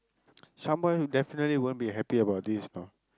Shyam boy will definitely won't be happy about this know